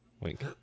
Wink